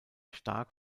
stark